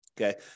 Okay